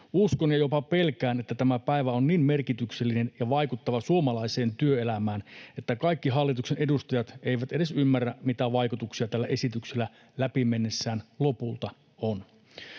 Uskon ja jopa pelkään, että tämä päivä on niin merkityksellinen ja vaikuttava suomalaiselle työelämälle, että kaikki hallituksen edustajat eivät edes ymmärrä, mitä vaikutuksia tällä esityksellä läpi mennessään lopulta on.